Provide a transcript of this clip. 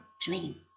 dream